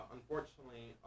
Unfortunately